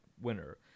winner